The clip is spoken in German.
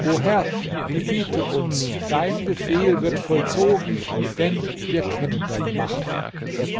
o herr gebiete uns dein befehl wird vollzogen denn wir kennen deine macht